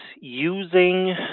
using